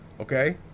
okay